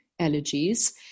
allergies